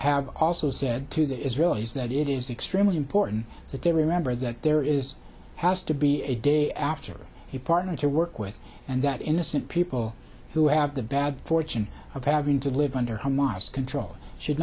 have also said to the israelis that it is extremely important that they remember that there is has to be a day after he partner to work with and that innocent people who have the bad fortune of having to live under hamas control should